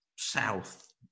South